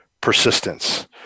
persistence